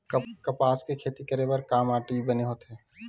कपास के खेती करे बर का माटी बने होथे?